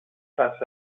face